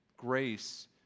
grace